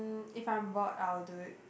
mm if I'm bored I will do it